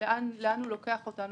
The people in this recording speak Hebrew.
לאן הוא לוקח אותנו.